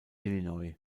illinois